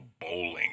bowling